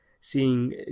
seeing